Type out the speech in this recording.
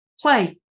Play